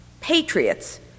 patriots